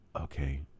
okay